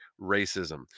racism